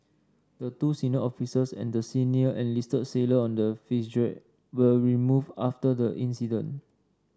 the two senior officers and the senior enlisted sailor on the Fitzgerald were removed after the incident